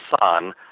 son